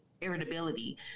irritability